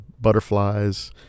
butterflies